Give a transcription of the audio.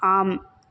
आम्